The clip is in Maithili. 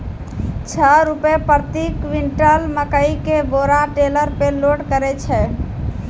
छह रु प्रति क्विंटल मकई के बोरा टेलर पे लोड करे छैय?